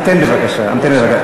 המתן בבקשה, המתן רגע.